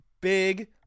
big